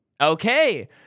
Okay